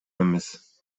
эмес